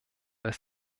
als